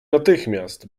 natychmiast